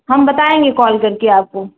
हम बताएँगे कॉल करके आपको